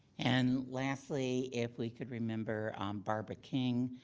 and lastly, if we could remember barbara king.